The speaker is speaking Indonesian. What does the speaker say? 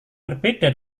berbeda